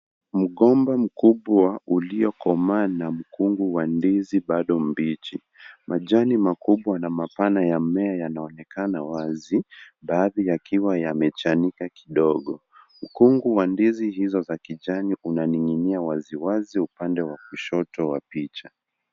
Mgomba mkubwa uliokomaa na mkungu wa ndizi bado mbichi. Majani makubwa na mapana ya mmea yanonekana wazi baadhi yakiwa yamechanika kidogo. Mkungu wa ndizi hizo za kijani unaning'inia wazi wazi upande wa kushoto wa picha.